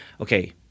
okay